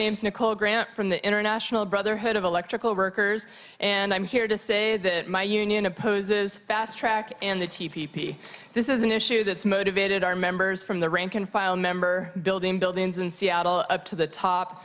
name is nicole grant from the international brotherhood of electrical workers and i'm here to say that my union opposes fast track and achieve p p this is an issue that's motivated our members from the rank and file member building buildings in seattle up to the top